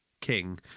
King